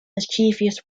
mischievous